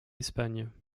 espagne